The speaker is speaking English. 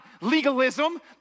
legalism